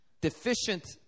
Deficient